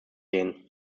gehen